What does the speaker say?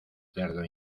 cerdo